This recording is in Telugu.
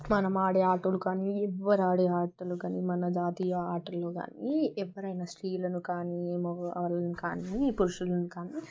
మనం అడే ఆటలు కాని ఎవ్వరు ఆడే ఆటలు కాని మన జాతీయ ఆటలు కానీ ఎవ్వరైనా స్త్రీలను కాని మగవాళ్ళను కానీ పురుషులను కానీ